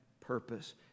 purpose